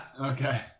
Okay